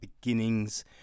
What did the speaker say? beginnings